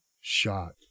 shot